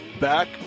Back